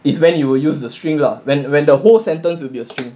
is when you will use the string lah when when the whole sentence will be a string